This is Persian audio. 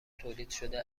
تولیدشده